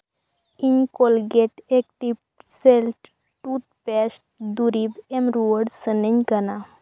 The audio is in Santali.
ᱤᱧ ᱠᱳᱞᱜᱮᱹᱴ ᱮᱠᱴᱤᱵᱽ ᱥᱮᱞᱴ ᱴᱩᱛᱷᱯᱮᱹᱥᱴ ᱫᱩᱨᱤᱵᱽ ᱮᱢ ᱨᱩᱣᱟᱹᱲ ᱥᱟᱱᱟᱹᱧ ᱠᱟᱱᱟ